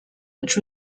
which